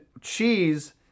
Cheese